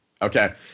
Okay